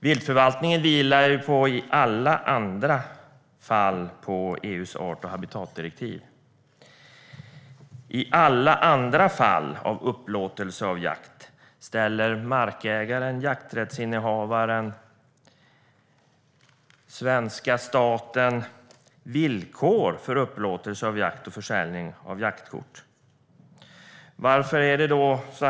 Viltförvaltningen vilar i alla andra fall på EU:s art och habitatdirektiv. I alla andra fall av upplåtelse av jakt ställer markägaren, jakträttsinnehavaren och svenska staten villkor för upplåtelse av jakt och försäljning av jaktkort. Fru ålderspresident!